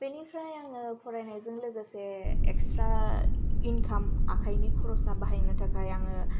बेनिफ्राइ आङो फरायनायजों लोगोसे एकस्ट्रा इंखाम आखायनि खरसा बाहायनो थाखाय आङो